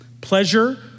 pleasure